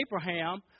Abraham